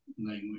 language